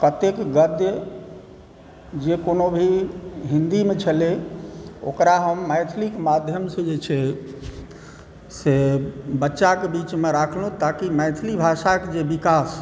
कतेक गद्य जे कोनो भी हिंदीमे छलै ओकरा हम मैथिलीके माध्यमसॅं जे छै से बच्चाके बीचमे राखलहुँ ताकि मैथिली भाषाके जे विकास